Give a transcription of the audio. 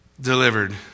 delivered